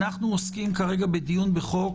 אנו בדיון לחוק